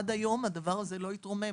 עד היום הדבר הזה לא התרומם,